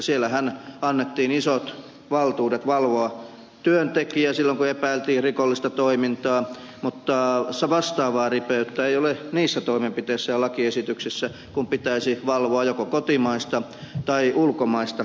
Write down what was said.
siellähän annettiin isot valtuudet valvoa työntekijää silloin kun epäiltiin rikollista toimintaa mutta vastaavaa ripeyttä ei ole niissä toimenpiteissä ja lakiesityksissä kun pitäisi valvoa joko kotimaista tai ulkomaista rikollista yrittäjää